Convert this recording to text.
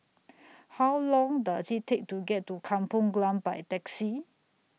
How Long Does IT Take to get to Kampung Glam By Taxi